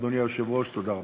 אדוני היושב-ראש, תודה רבה.